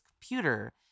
computer